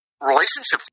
relationships